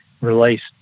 released